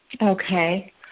Okay